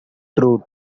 truth